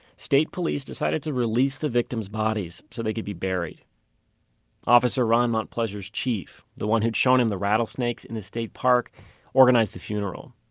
state police decided to release the victim's bodies so they could be buried officer ron montplaisir's chief the one who had shown him the rattlesnakes in the state park organized the funeral.